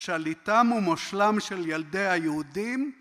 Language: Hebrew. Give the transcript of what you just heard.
שליטם ומושלם של ילדי היהודים